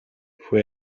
fue